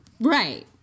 Right